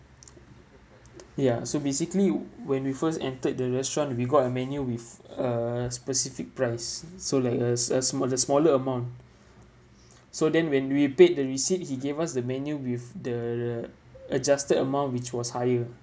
ya so basically when we first entered the restaurant we got a menu with a specific price so like uh a smaller smaller amount so then when we paid the receipt he gave us the menu with the adjusted amount which was higher